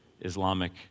Islamic